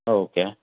okay